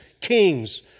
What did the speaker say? kings